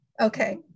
Okay